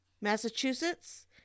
Massachusetts